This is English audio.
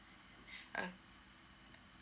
ok